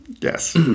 yes